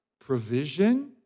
provision